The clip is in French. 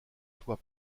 toit